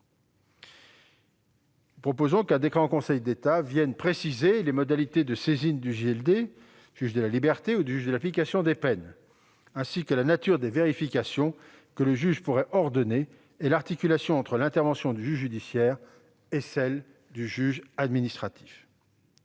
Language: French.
Nous proposons qu'un décret en Conseil d'État vienne préciser les modalités de saisine du juge des libertés et de la détention (JLD) ou du juge de l'application des peines (JAP), ainsi que la nature des vérifications que le juge pourrait ordonner et l'articulation entre l'intervention du juge judiciaire et celle du juge administratif.